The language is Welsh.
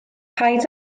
paid